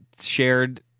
shared